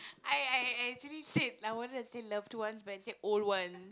I I I actually said I wanted to say loved ones but I said old one